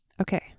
Okay